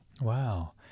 Wow